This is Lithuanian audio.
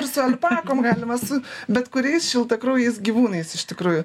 ir su alpakom galima su bet kuriais šiltakraujais gyvūnais iš tikrųjų